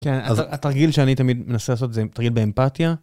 כן, אז התרגיל שאני תמיד מנסה לעשות זה, תרגיל באמפתיה.